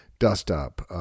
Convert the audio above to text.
dust-up